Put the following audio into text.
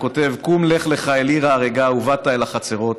הוא כותב: "קום לך לך אל עיר ההרגה ובאת אל החצרות,